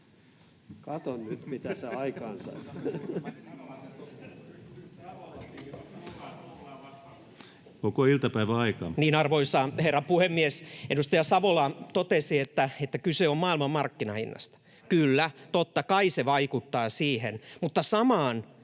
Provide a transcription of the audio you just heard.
Katso nyt, mitä sinä aikaansait! — Naurua — Välihuutoja] Arvoisa herra puhemies! Edustaja Savola totesi, että kyse on maailmanmarkkinahinnasta. Kyllä, totta kai se vaikuttaa siihen, mutta samaan